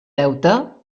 deute